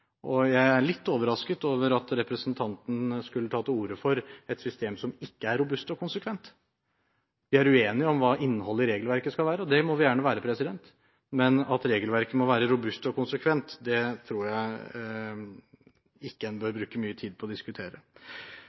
Jeg er litt overrasket over at representanten skulle ta til orde for et system som ikke er robust og konsekvent. Vi er uenige om hva innholdet i regelverket skal være – det må vi gjerne være – men at regelverket må være robust og konsekvent tror jeg ikke en bør bruke mye tid på å diskutere.